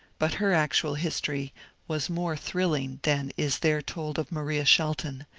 but her actual history was more thrilling than is there told of maria shelton,